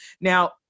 Now